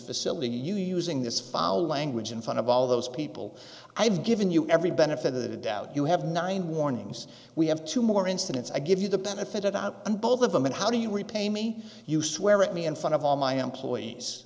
facility you using this foul language in front of all those people i've given you every benefit of the doubt you have nine warnings we have two more incidents i give you the benefit of doubt and both of them and how do you repay me you swear at me in front of all my employees